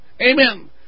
amen